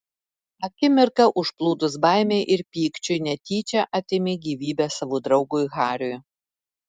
akimirką užplūdus baimei ir pykčiui netyčia atėmė gyvybę savo draugui hariui